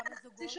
כמה זוגות?